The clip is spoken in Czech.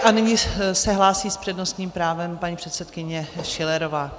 A nyní se hlásí s přednostním právem paní předsedkyně Schillerová.